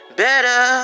better